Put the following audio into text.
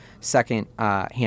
second-hand